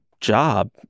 job